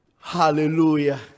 hallelujah